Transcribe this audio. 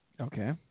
Okay